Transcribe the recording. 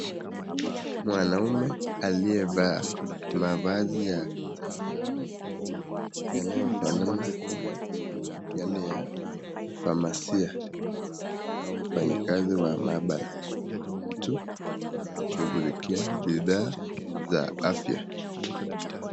Mwanaume aliyevaa mavazi ya kitaalamu yanayofanana na yale ya mfamasia au mfanyakazi wa maabara au mtu anayeshughulikia bidhaa za afya.